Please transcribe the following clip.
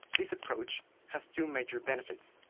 this approach has two major benefits.